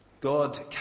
God